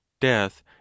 death